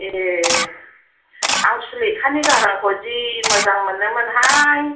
ए आं सुलेखानि गारांखौ जि मोजां मोनोमोनहाय